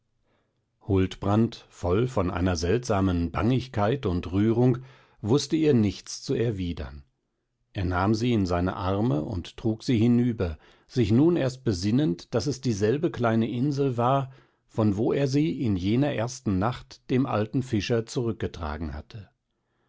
huldbrand voll von einer seltsamen bangigkeit und rührung wußte ihr nichts zu erwidern er nahm sie in seine arme und trug sie hinüber sich nun erst besinnend daß es dieselbe kleine insel war von wo er sie in jener ersten nacht dem alten fischer zurückgetragen hatte